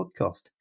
podcast